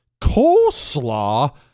coleslaw